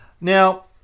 Now